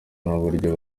n’uburyo